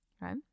right